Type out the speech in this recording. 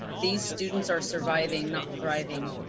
these students are surviving, not thriving.